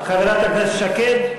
חברת הכנסת שקד,